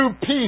peace